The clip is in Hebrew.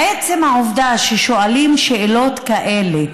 עצם העובדה ששואלים שאלות כאלה,